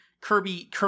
Kirby